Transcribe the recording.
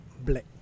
black